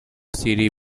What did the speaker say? serie